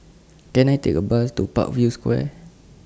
Can I Take A Bus to Parkview Square